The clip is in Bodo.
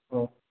औ